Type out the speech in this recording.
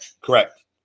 Correct